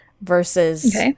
versus